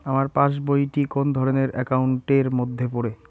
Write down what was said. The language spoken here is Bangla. আমার পাশ বই টি কোন ধরণের একাউন্ট এর মধ্যে পড়ে?